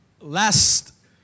Last